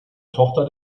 tochter